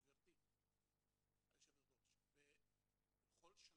גברתי היושבת ראש, בכל שנה,